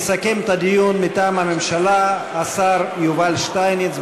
יסכם את הדיון מטעם הממשלה השר יובל שטייניץ.